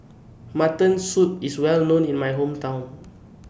Mutton Soup IS Well known in My Hometown